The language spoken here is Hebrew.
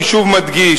אני שוב מדגיש,